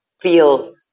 feel